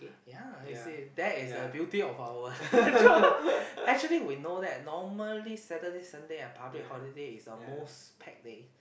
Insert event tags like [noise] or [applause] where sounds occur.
ya you see that is the beauty of our [laughs] job actually we know that normally Saturday Sunday and public holiday is the most packed day